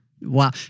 Wow